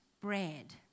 bread